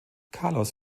carlos